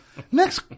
Next